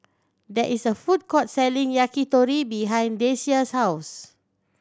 there is a food court selling Yakitori behind Deasia's house